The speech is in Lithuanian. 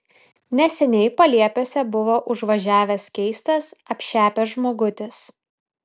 neseniai paliepiuose buvo užvažiavęs keistas apšepęs žmogutis